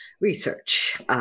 research